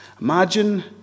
Imagine